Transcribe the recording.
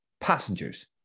passengers